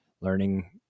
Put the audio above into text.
learning –